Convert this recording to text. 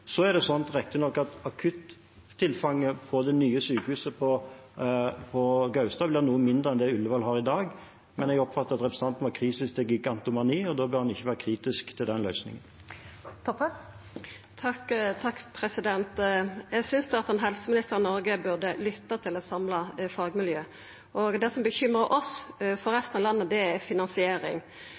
Så er det riktignok slik at akuttilfanget på det nye sykehuset på Gaustad blir noe mindre enn slik det er på Ullevål i dag, men jeg oppfattet at representanten var kritisk til gigantomani, og da bør en ikke være kritisk til den løsningen. Det åpnes for oppfølgingsspørsmål – først Kjersti Toppe. Eg synest at ein helseminister i Noreg burde lytta til eit samla fagmiljø. Det som bekymrar oss for resten av landet, er finansiering.